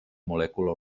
molècula